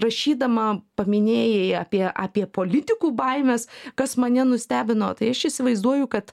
rašydama paminėjai apie apie politikų baimes kas mane nustebino tai aš įsivaizduoju kad